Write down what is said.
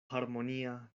harmonia